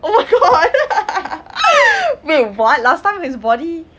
oh my god wait what last time his body